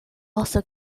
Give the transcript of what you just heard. also